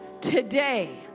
today